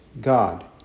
God